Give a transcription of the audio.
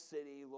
City